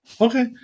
Okay